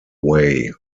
way